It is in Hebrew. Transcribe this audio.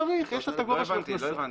שצריך, יש לה את הגובה של הכנסה --- לא הבנתי.